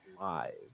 live